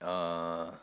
uh